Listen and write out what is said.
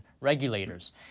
regulators